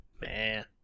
Man